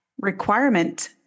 requirement